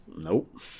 Nope